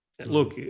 look